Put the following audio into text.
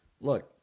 look